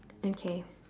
okay